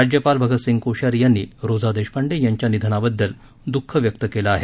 राज्यपाल भगतसिंग कोश्यारी यांनी रोझा देशपांडे यांच्या निधनाबद्दल दुःख व्यक्त केलं आहे